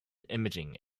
imaging